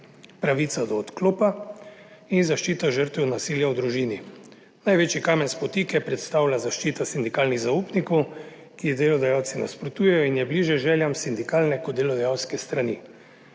pravica do odklopa in zaščita žrtev nasilja v družini. Največji kamen spotike predstavlja zaščita sindikalnih zaupnikov, ki jim delodajalci nasprotujejo in je bližje željam sindikalne kot delodajalske strani.